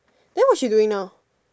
then what she doing now